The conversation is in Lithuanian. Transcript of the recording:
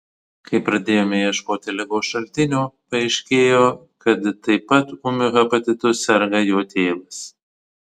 kai pradėjome ieškoti ligos šaltinio paaiškėjo kad taip pat ūmiu hepatitu serga jo tėvas